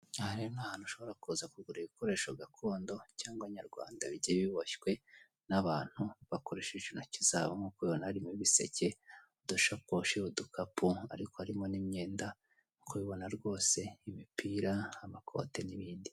Aha rero ni ahantu ushobora kuza kugurira ibikoresho gakondo cyangwa nyarwanda bigiye biboshywe n'abantu bakoresheje intoki zabo. Nkuko ubibona harimo ibiseke, udushakoshi, udukapu ariko harimo n'imyenda nkuko ubibona rwose imipira, amakote n'ibindi.